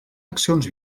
accions